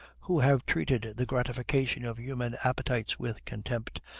who have treated the gratification of human appetites with contempt,